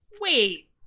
Wait